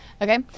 okay